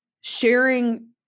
sharing